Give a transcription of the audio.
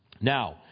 Now